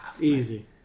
Easy